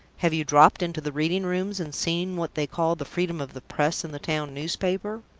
have you dropped into the reading rooms, and seen what they call the freedom of the press in the town newspaper?